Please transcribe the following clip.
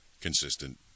consistent